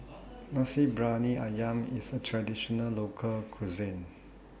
Nasi Briyani Ayam IS A Traditional Local Cuisine